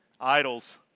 idols